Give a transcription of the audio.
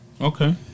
Okay